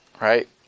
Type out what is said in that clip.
right